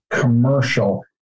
commercial